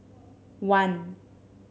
one